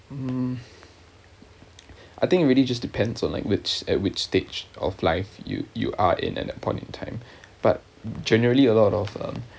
um I think it really just depends on like which at which stage of life you you are in at that point in time but generally a lot of um